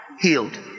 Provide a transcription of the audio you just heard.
healed